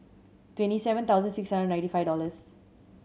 twenty seven thousand six hundred and ninety five dollors